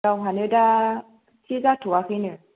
गावहानो दा थि जाथ'आखैनो